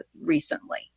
recently